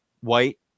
White